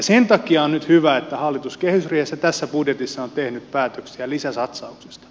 sen takia on nyt hyvä että hallitus kehysriihessä tässä budjetissa on tehnyt päätöksiä lisäsatsauksista